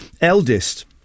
eldest